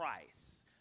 price